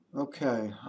Okay